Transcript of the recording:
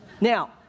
Now